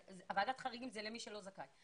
ועדת החריגים היא למי שלא זכאי.